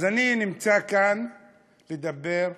אז אני נמצא כאן לדבר בשמן.